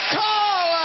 call